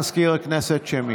בבקשה, מזכיר הכנסת, שמית.